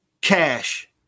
cash